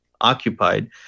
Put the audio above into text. occupied